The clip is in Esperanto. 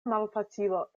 malfacilo